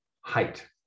height